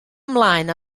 ymlaen